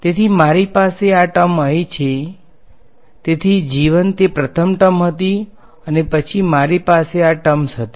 તેથી મારી પાસે આ ટર્મ અહીં છે તેથી g 1 તે પ્રથમ ટર્મ હતી અને પછી મારી પાસે આ ટર્મસ હતી